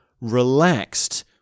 relaxed